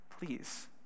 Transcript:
please